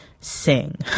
sing